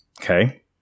Okay